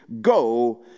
go